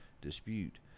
dispute